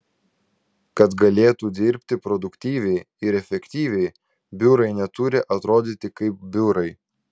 kad galėtų dirbti produktyviai ir efektyviai biurai neturi atrodyti kaip biurai